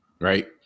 Right